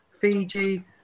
Fiji